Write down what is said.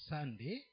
Sunday